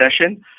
session